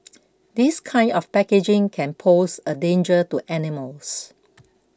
this kind of packaging can pose a danger to animals